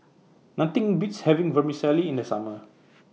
Nothing Beats having Vermicelli in The Summer